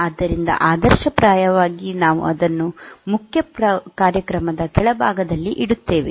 ಆದ್ದರಿಂದ ಆದರ್ಶಪ್ರಾಯವಾಗಿ ನಾವು ಅದನ್ನು ಮುಖ್ಯ ಕಾರ್ಯಕ್ರಮದ ಕೆಳಭಾಗದಲ್ಲಿ ಇಡುತ್ತೇವೆ